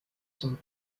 sont